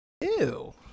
Ew